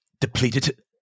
depleted